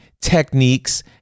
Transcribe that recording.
techniques